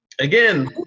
Again